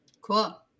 Cool